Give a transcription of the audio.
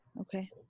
Okay